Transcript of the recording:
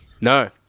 No